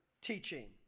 teaching